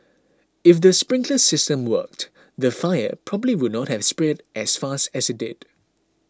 if the sprinkler system worked the fire probably would not have spread as fast as it did